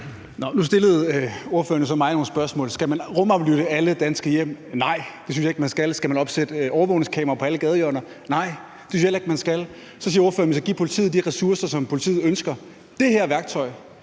Nu stillede ordføreren jo så mig nogle spørgsmål: Skal man rumaflytte alle danske hjem? Nej, det synes jeg ikke man skal. Skal man opsætte overvågningskameraer på alle gadehjørner? Nej, det synes jeg heller ikke man skal. Så siger ordføreren, at vi skal give politiet de ressourcer, som politiet ønsker. Det her værktøj